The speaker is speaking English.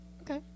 Okay